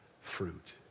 fruit